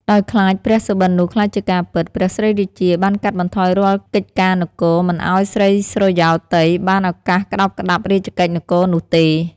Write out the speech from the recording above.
ដោយខ្លាចព្រះសុបិននោះក្លាយជាការពិត ព្រះស្រីរាជា បានកាត់បន្ថយរាល់កិច្ចការនគរ មិនឱ្យស្រីសុរិយោទ័យបានឱកាសក្ដោបក្ដាប់រាជកិច្ចនគរនោះទេ ។